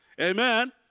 Amen